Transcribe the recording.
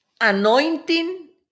Anointing